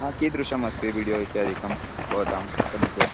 कीदृशमस्ति वीडियो इत्यादिकं भवतां समीपे